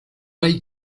hay